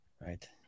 right